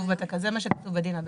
זה מה שכתוב בדין הבינלאומי.